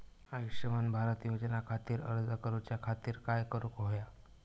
आयुष्यमान भारत योजने खातिर अर्ज करूच्या खातिर काय करुक होया?